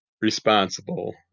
responsible